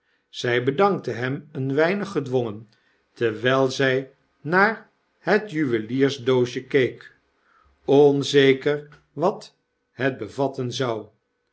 zij bedankte hem een weinig gedwongen terwjjl ztj naar het juweliersdoosje keek onzeker wat het bevatten zou